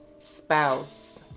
spouse